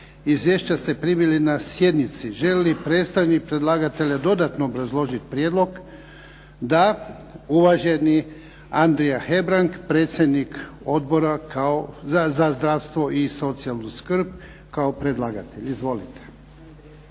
Izvješća ste primili na sjednici. Želi li predstavnik predlagatelja dodatno obrazložiti prijedlog? Da. Uvaženi Andrija Hebrang, predsjednik Odbora za zdravstvo i socijalnu skrb. Izvolite.